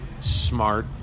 smart